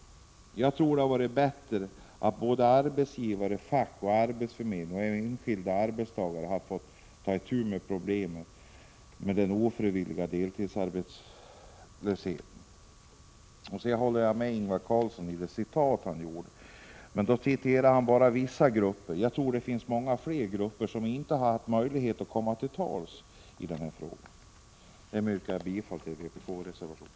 Jag tror att det hade varit bättre om såväl arbetsgivare, fack, arbetsförmedling som enskilda arbetstagare skulle ha fått ta itu med problemen med den ofrivilliga deltidsarbetslösheten. Jag instämmer också i de uttalanden som Ingvar Karlsson i Bengtsfors citerade. Men han citerade bara reaktionerna från vissa grupper. Jag tror det finns många fler grupper som har reagerat, men som inte haft möjlighet att komma till tals i den här frågan. Därmed yrkar jag bifall till vpk-reservationerna.